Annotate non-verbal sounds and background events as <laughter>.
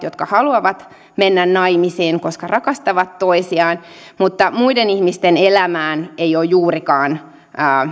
<unintelligible> jotka haluavat mennä naimisiin koska rakastavat toisiaan mutta muiden ihmisten elämään tällä ei ole juurikaan